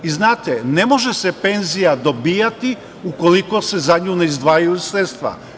Jer, znate, ne može se penzija dobijati ukoliko se za nju ne izdvajaju sredstva.